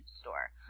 store